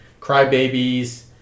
Crybabies